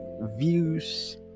views